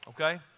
Okay